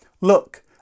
Look